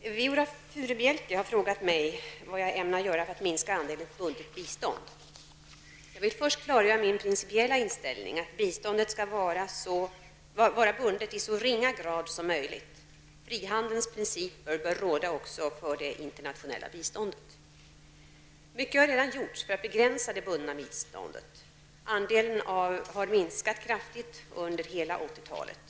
Fru talman! Viola Furubjelke har frågat vad jag ämnar göra för att minska andelen bundet bistånd. Jag vill först klargöra att min principiella inställning är att biståndet skall vara bundet i så ringa grad som möjligt. Frihandelns principer bör råda också för det internationella biståndet. Mycket har redan gjorts för att begränsa det bundna biståndet. Andelen har minskat kraftigt under hela 80-talet.